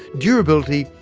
durability,